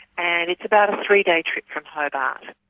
and it's about a three day trip from hobart.